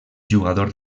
jugador